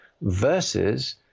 versus